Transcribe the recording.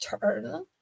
turn